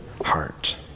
heart